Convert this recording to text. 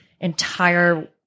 entire